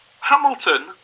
Hamilton